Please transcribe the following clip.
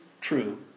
true